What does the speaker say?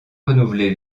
renouveler